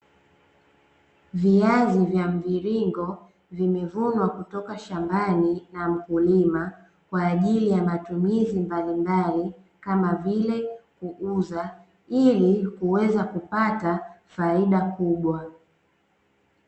Viazi vya mviringo vimevunwa kutoka shambani na mkulima kwaajili ya matumizi mbalimbali ,kama vile kuuza ili kuweza kupata faida kubwa .